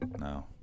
no